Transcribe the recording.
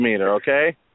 okay